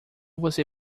você